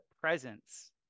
presence